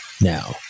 Now